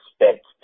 expect